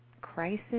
crisis